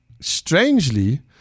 strangely